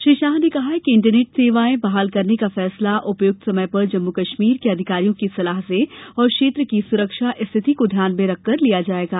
श्री शाह ने कहा कि इंटरनैट सेवाएं बहाल करने का फैसला उपयुक्त समय पर जम्मू कश्मीर के अधिकारियों की सलाह से और क्षेत्र की सुरक्षा स्थिति को ध्यान में रखर्ते हुए लिया जाएगा